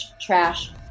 trash